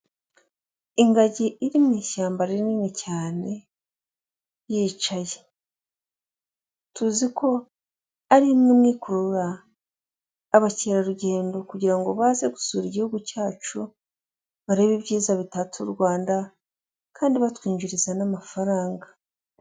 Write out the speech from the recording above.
Utubido dutandatu duteretse ku meza, tw'umweru, hirya yatwo hari udukarito tw'amata ndetse n'ibiribwa bifite ibara ry'umuhondo, biteretse ku kameza.